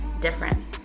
different